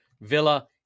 Villa